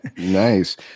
Nice